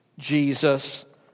Jesus